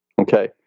Okay